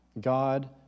God